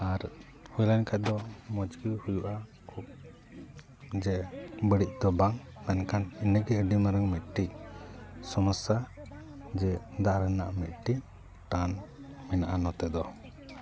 ᱟᱨ ᱦᱩᱭ ᱞᱮᱱ ᱠᱷᱟᱱ ᱫᱚ ᱢᱚᱡᱽ ᱜᱮ ᱦᱩᱭᱩᱜᱼᱟ ᱠᱷᱩᱵ ᱡᱮ ᱵᱟᱹᱲᱤᱡ ᱫᱚ ᱵᱟᱝ ᱢᱮᱱᱠᱷᱟᱱ ᱤᱱᱟᱹ ᱜᱮ ᱟᱹᱰᱤ ᱢᱟᱨᱟᱝ ᱢᱤᱫᱴᱤᱡ ᱥᱳᱢᱳᱥᱟ ᱡᱮ ᱫᱟᱜ ᱨᱮᱱᱟᱜ ᱢᱤᱫᱴᱤᱡ ᱴᱟᱱ ᱢᱮᱱᱟᱜᱼᱟ ᱱᱚᱛᱮ ᱫᱚ